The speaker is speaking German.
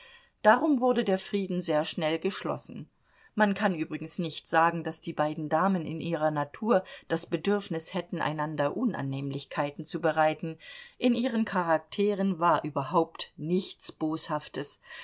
darum wurde der frieden sehr schnell geschlossen man kann übrigens nicht sagen daß die beiden damen in ihrer natur das bedürfnis hätten einander unannehmlichkeiten zu bereiten in ihren charakteren war überhaupt nichts boshaftes